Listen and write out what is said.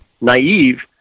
naive